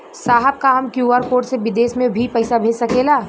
साहब का हम क्यू.आर कोड से बिदेश में भी पैसा भेज सकेला?